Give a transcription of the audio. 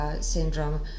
syndrome